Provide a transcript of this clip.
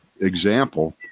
example